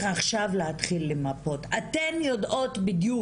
ועכשיו סוף סוף אני מתחיל, מה